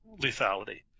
lethality